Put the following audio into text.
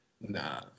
Nah